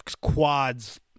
quads